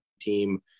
team